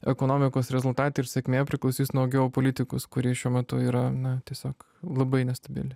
ekonomikos rezultatai ir sėkmė priklausys nuo geopolitikos kuri šiuo metu yra na tiesiog labai nestabili